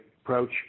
approach